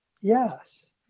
Yes